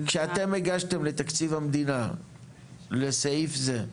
כשאתם הגשתם לתקציב המדינה לסעיף זה,